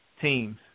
teams